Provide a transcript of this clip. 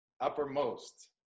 uppermost